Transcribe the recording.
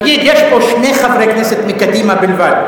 תגיד, יש פה שני חברי כנסת מקדימה בלבד.